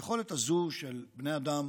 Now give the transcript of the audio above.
היכולת הזו של בני אדם